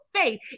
faith